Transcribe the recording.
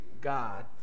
God